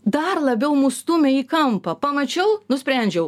dar labiau nustūmė į kampą pamačiau nusprendžiau